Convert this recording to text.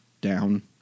down